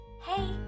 Hey